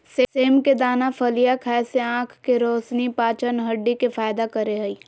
सेम के दाना फलियां खाय से आँख के रोशनी, पाचन, हड्डी के फायदा करे हइ